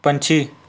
ਪੰਛੀ